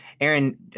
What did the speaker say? Aaron